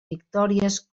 victòries